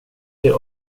till